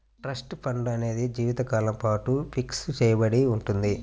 trust fund అనేది జీవితకాలం పాటు ఫిక్స్ చెయ్యబడి ఉంటుంది